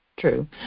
true